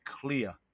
clear